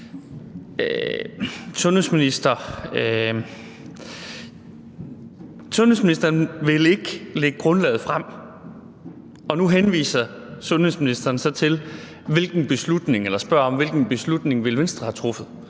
Sundhedsministeren vil ikke lægge grundlaget frem, og nu spørger sundhedsministeren så om, hvilken beslutning Venstre ville have truffet.